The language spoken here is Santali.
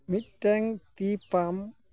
ᱢᱤᱫᱴᱮᱱ ᱛᱤ ᱯᱟᱢ